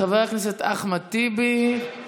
חבר הכנסת אחמד טיבי,